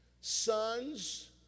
sons